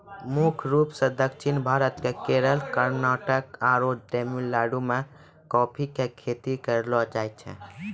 मुख्य रूप सॅ दक्षिण भारत के केरल, कर्णाटक आरो तमिलनाडु मॅ कॉफी के खेती करलो जाय छै